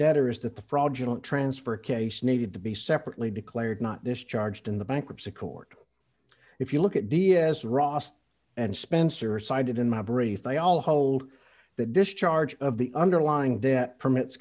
debtor is that the fraudulent transfer case needed to be separately declared not discharged in the bankruptcy court if you look at d s ross and spencer cited in my brief they all hold the discharge of the underlying debt permits